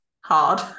hard